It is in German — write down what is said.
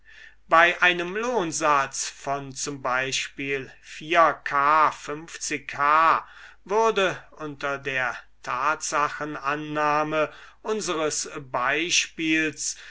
bei einem lohnsatz von z b a k h würde unter der tatsachenannahme unseres beispiels